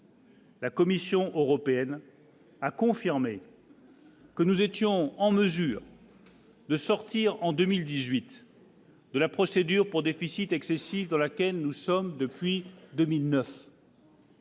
La Commission européenne a confirmé. Que nous étions en mesure. De sortir en 2018. La procédure pour déficit excessif dans laquelle nous sommes, depuis 2009.